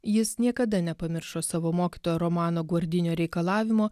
jis niekada nepamiršo savo mokytojo romano gordinio reikalavimo